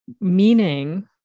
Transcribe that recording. meaning